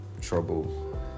trouble